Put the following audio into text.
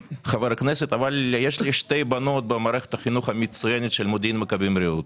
אבל יש גם לי שתי בנות במערכת החינוך המצוינת של מודיעין-מכבים-רעות.